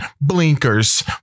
blinkers